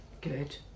Good